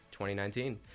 2019